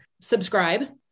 subscribe